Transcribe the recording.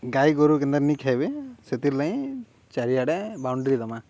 ଗାଈ ଗୋରୁ କେନ୍ତା ନି ଖାଏବେ ସେଥିର୍ଲାଗି ଚାରିଆଡ଼େ ବାଉଣ୍ଡ୍ରୀ ଦେମା